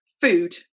food